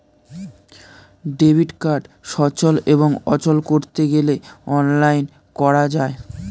debit card সচল এবং অচল করতে গেলে অনলাইন করা যায়